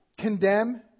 condemn